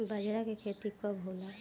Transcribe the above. बजरा के खेती कब होला?